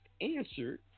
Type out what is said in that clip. answered